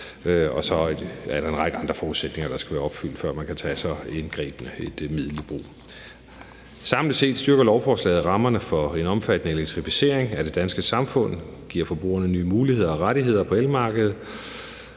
og så er der en række andre forudsætninger, der skal være opfyldt, før man kan tage så indgribende et middel i brug. Samlet set styrker lovforslaget rammerne for en omfattende elektrificering af det danske samfund, giver forbrugerne nye muligheder og rettigheder på elmarkedet